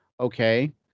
okay